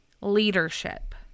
leadership